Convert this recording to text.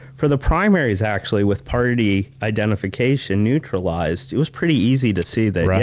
for the primaries, actually, with party identification neutralized, it was pretty easy to see that, yeah,